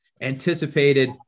anticipated